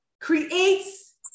creates